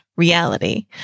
reality